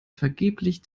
vergeblich